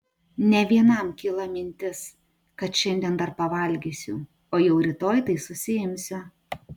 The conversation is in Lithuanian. ne vienam kyla mintis kad šiandien dar pavalgysiu o jau rytoj tai susiimsiu